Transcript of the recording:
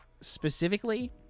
specifically